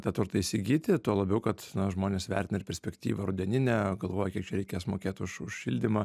tą turtą įsigyti tuo labiau kad žmonės vertina ir perspektyvą rudeninę galvoja kiek čia reikės mokėt už už šildymą